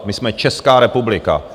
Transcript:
My jsme Česká republika.